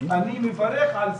אני מברך על זה,